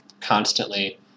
constantly